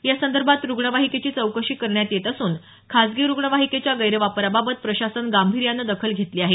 यासंदर्भात रुग्णवाहिकेची चौकशी करण्यात येत असून खासगी रुग्णवाहिकेच्या गैरवापराबाबत प्रशासन गांभीर्यानं दखल घेतली आहे